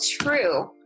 true